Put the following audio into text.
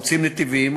חוצים נתיבים,